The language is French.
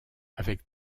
avec